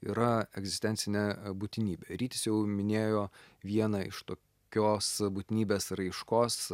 yra egzistencinė būtinybė rytis jau minėjo vieną iš tokios būtinybės raiškos